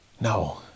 no